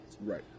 Right